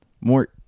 more